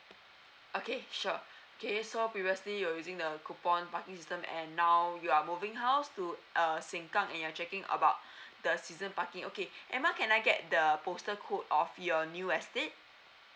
okay sure okay so previously you were using the coupon parking system and now you are moving house to uh sengkang and you're checking about the season parking okay emma can I get the postal code of your new estate